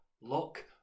look